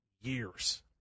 years